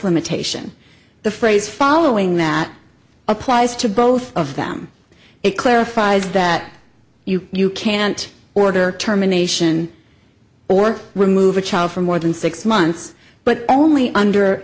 limitation the phrase following that applies to both of them it clarifies that you you can't order term a nation or remove a child for more than six months but only under